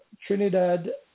Trinidad